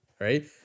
right